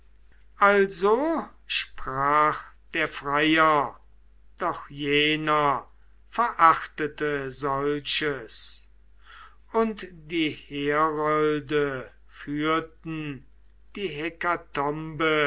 also sprach der freier doch jener verachtete solches und die herolde führten die hekatombe